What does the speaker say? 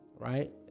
Right